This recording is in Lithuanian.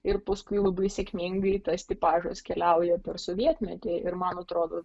ir paskui labai sėkmingai tas tipažas keliauja per sovietmetį ir man atrodo